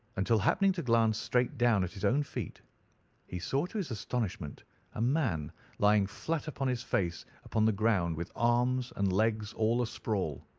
until happening to glance straight down at his own feet he saw to his astonishment a man lying flat upon his face upon the ground, with arms and legs all asprawl.